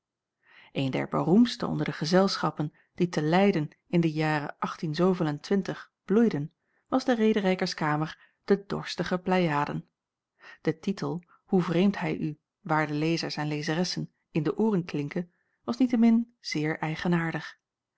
een der beroemdsten onder de gezelschappen die te leyden in de jaren bloeiden was de rederijkerskamer de dorstige pleiaden de titel hoe vreemd hij u waarde lezers en lezeressen in de ooren klinke was niettemin zeer